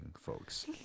folks